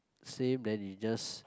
same then you just